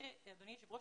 אדוני היושב ראש,